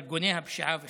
ארגוני הפשיעה וכדומה,